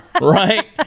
Right